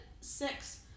six